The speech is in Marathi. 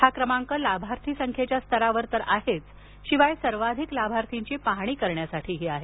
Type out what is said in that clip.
हा क्रमांक लाभार्थी संख्येच्या स्तरावर तर आहेच शिवाय सर्वाधिक लाभार्थीची पाहणी करण्यासाठीही आहे